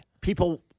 people